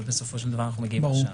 ובסופו של דבר אנחנו מגיעים עכשיו.